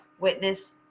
witness